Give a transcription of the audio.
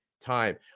time